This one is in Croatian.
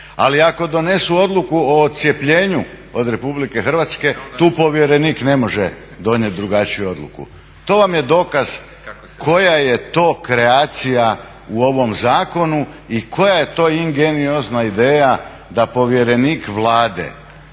Ali ako donesu odluku o odcjepljenju od Republike Hrvatske tu povjerenik ne može donijeti drugačiju odluku. To vam je dokaz koja je to kreacija u ovom zakonu i koja je to ingeniozna ideja da povjerenik Vlade